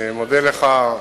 אני מודה לך.